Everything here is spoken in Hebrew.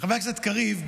חבר הכנסת קריב,